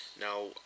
Now